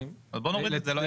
בואו נוריד את זה.